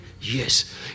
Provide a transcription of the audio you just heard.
Yes